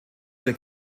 der